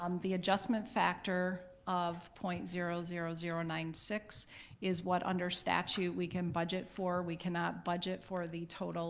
um the adjustment factor of point zero zero zero nine six is what under statute we can budget for. we cannot budget for the total